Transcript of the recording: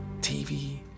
tv